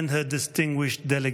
and her distinguished delegation.